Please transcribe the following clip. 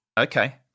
Okay